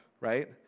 right